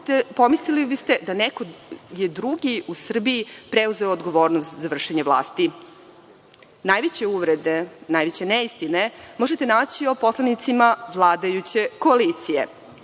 pomislili biste da je neko drugi u Srbiji preuzeo odgovornost za vršenje vlasti. Najveće uvrede, najveće neistine možete naći o poslanicima vladajuće koalicije.